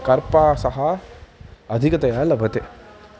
कार्पासं अधिकतया लभते